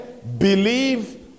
believe